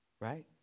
right